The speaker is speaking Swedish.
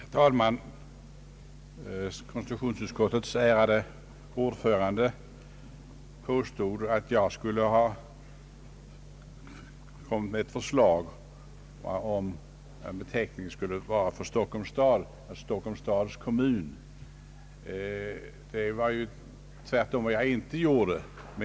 Herr talman! Konstitutionsutskottets ärade ordförande påstod att jag skulle ha kommit med ett förslag om att beteckningen för Stockholms stad skulle vara Stockholms stads kommun. Det var just vad jag inte gjorde.